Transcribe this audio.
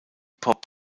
pop